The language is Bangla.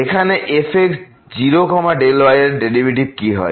এখানে fx0Δy এর ডেরিভেটিভ কি হয়